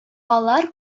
алар